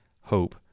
hope